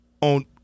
on